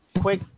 Quick